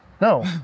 No